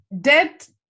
debt